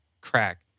crack